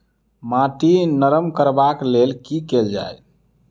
माटि नरम करबाक लेल की केल जाय?